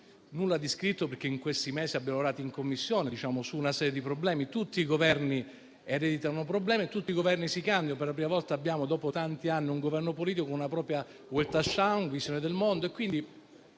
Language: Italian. nulla di scritto, perché in questi mesi abbiamo lavorato in Commissione su una serie di problemi. Tutti i Governi ereditano problemi e tutti i Governi si candidano. Per la prima volta, dopo tanti anni, abbiamo un Governo politico, con una propria *Weltanschaung*